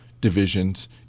divisions